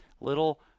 little